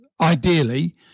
ideally